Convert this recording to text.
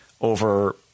over